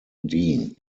dean